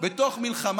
ותוך מלחמה